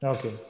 Okay